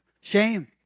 Shame